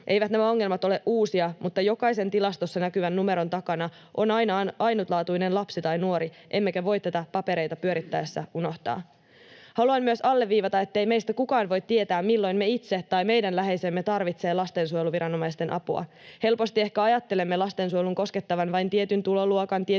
Eivät nämä ongelmat ole uusia, mutta jokaisen tilastossa näkyvän numeron takana on aina ainutlaatuinen lapsi tai nuori, emmekä voi tätä papereita pyörittäessämme unohtaa. Haluan myös alleviivata, ettei meistä kukaan voi tietää, milloin me itse tarvitsemme tai meidän läheisemme tarvitsee lastensuojeluviranomaisten apua. Helposti ehkä ajattelemme lastensuojelun koskettavan vain tietyn tuloluokan, tietyn